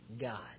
God